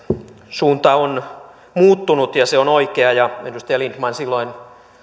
suunta on muuttunut ja se on oikea ja edustaja lindtman silloin